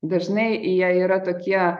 dažnai jie yra tokie